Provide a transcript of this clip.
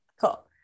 cool